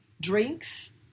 drinks